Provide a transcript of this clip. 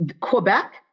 Quebec